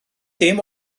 dim